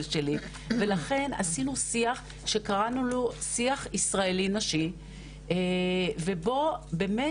שלי ולכן עשינו שיח שקראנו לו שיח ישראלי נשי ובו באמת,